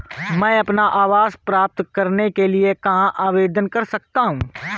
मैं अपना आवास प्राप्त करने के लिए कहाँ आवेदन कर सकता हूँ?